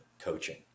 coaching